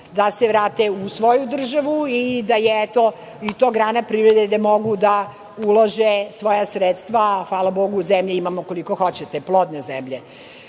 da se vrate u svoju državu i da je to grana privrede gde mogu da ulože svoja sredstva, a hvala bogu zemlje imamo koliko hoćete, plodne zemlje.Za